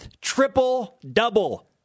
triple-double